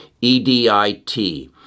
E-D-I-T